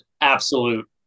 absolute